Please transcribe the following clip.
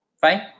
Fine